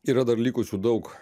yra dar likusių daug